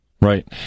Right